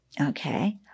Okay